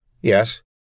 Yes